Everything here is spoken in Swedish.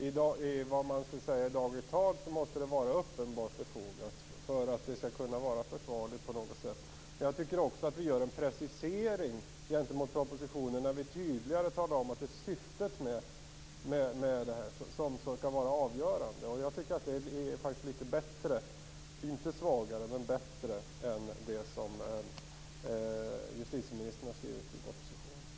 I dagligt tal måste det vara uppenbart befogat för att det skall kunna vara försvarligt på något sätt. Jag tycker också att vi gör en precisering gentemot propositionen när vi tydligare talar om att det är syftet som skall vara avgörande. Jag tycker att det faktiskt är litet bättre, inte svagare, än det som justitieministern har skrivit i propositionen.